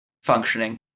functioning